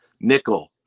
nickel